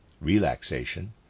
relaxation